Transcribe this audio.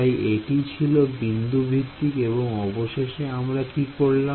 তাই এটি ছিল বিন্দু ভিত্তিক এবং অবশেষে আমরা কি করলাম